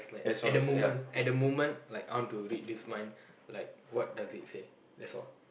at the moment at the moment like I want to read this mind like what does it say that's all